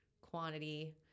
quantity